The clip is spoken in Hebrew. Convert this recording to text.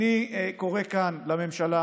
אני קורא כאן לממשלה,